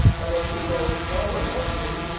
but as you go forward hopefully,